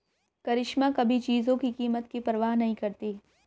करिश्मा कभी चीजों की कीमत की परवाह नहीं करती